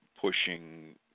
pushing